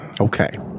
Okay